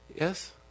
Yes